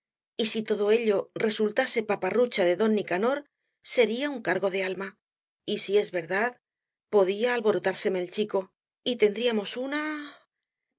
primeras si todo ello resultase paparrucha de don nicanor sería un cargo de alma y si es verdad podía alborotárseme el chico y tendríamos una